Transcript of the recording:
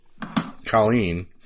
Colleen